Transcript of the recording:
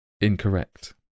Incorrect